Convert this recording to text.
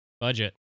budget